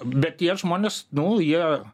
bet tie žmonės nu jie